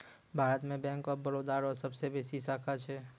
भारत मे bank of Baroda रो सबसे बेसी शाखा छै